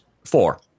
Four